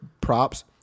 props